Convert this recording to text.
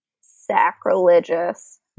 sacrilegious